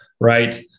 right